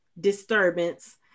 disturbance